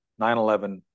9-11